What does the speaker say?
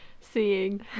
seeing